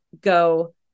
go